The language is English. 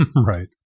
Right